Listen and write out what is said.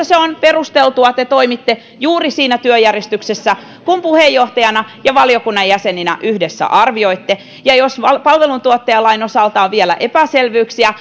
se on perusteltua te toimitte juuri siinä työjärjestyksessä kuin puheenjohtajana ja valiokunnan jäseninä yhdessä arvioitte ja jos palveluntuottajalain osalta on vielä epäselvyyksiä